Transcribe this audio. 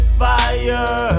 fire